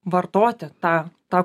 vartoti tą tą